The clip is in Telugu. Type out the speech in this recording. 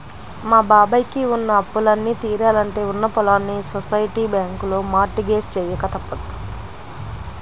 మా బాబాయ్ కి ఉన్న అప్పులన్నీ తీరాలంటే ఉన్న పొలాల్ని సొసైటీ బ్యాంకులో మార్ట్ గేజ్ చెయ్యక తప్పదు